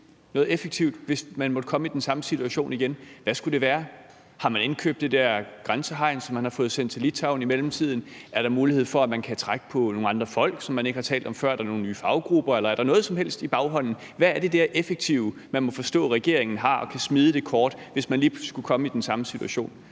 baghånden. Hvis man måtte komme i den samme situation igen, hvad skulle det så være? Har man indkøbt det der grænsehegn, som man har fået sendt til Litauen i mellemtiden? Er der mulighed for, at man kan trække på nogle folk, som man ikke har talt om før? Er der nogle nye faggrupper, eller er der noget som helst i baghånden? Hvad er det der effektive værktøj, som man må forstå at regeringen har, så man kan smide det kort, hvis man lige pludselig skulle komme i den samme situation